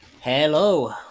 Hello